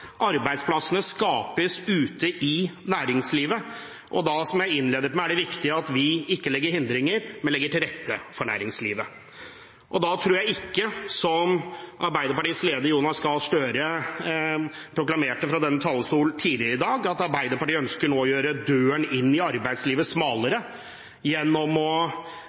Arbeidsplassene skapes ute i næringslivet, og da, som jeg innledet med, er det viktig at vi ikke legger hindringer i veien, men legger til rette for næringslivet. Arbeiderpartiets leder, Jonas Gahr Støre, proklamerte fra denne talerstolen tidligere i dag at Arbeiderpartiet nå ønsker å gjøre døren inn i arbeidslivet smalere, gjennom å